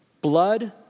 Blood